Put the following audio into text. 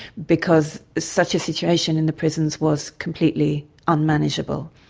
because such a situation in the prisons was completely unmanageable.